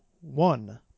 one